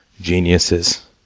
geniuses